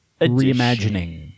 reimagining